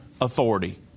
authority